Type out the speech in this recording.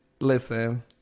Listen